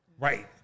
Right